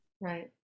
Right